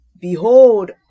Behold